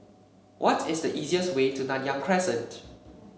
what is the easiest way to Nanyang Crescent